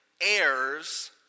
heirs